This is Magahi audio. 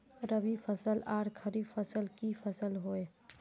रवि फसल आर खरीफ फसल की फसल होय?